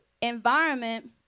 environment